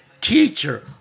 Teacher